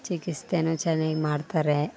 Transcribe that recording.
ಚಿಕಿತ್ಸೆ ಏನೋ ಚೆನ್ನಾಗಿ ಮಾಡ್ತಾರೆ